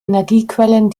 energiequellen